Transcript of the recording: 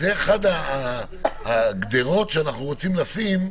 זה אחת ההגדרות שאנחנו רוצים לשים.